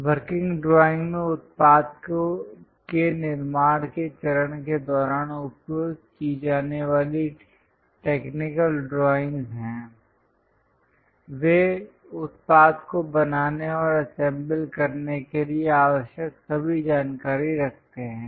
working drawing में उत्पाद के निर्माण के चरण के दौरान उपयोग की जाने वाली टेक्निकल ड्राइंग हैं वे उत्पाद को बनाने और असेंबल करने के लिए आवश्यक सभी जानकारी रखते हैं